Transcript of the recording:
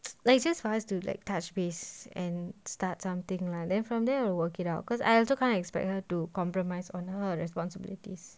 like just for us to like touch base and start something lah then from there we'll work it out cause I also can't expect her to compromise on her responsibilities